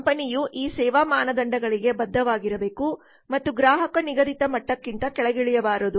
ಕಂಪನಿಯು ಈ ಸೇವಾ ಮಾನದಂಡಗಳಿಗೆ ಬದ್ಧವಾಗಿರಬೇಕು ಮತ್ತು ಗ್ರಾಹಕ ನಿಗದಿತ ಮಟ್ಟಕ್ಕಿಂತ ಕೆಳಗಿಳಿಯಬಾರದು